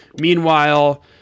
meanwhile